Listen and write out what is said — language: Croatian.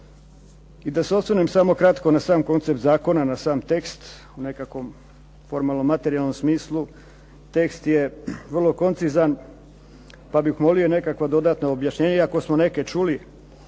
I da se osvrnem samo kratko na sam koncept zakona, na sam tekst. U nekakvom formalno materijalnom smislu tekst je vrlo koncizan pa bih molio nekakva dodatna objašnjenja iako smo neke čuli